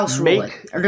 make